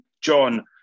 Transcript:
John